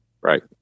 right